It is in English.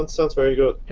and sounds very good.